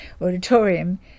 auditorium